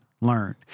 learn